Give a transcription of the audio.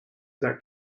that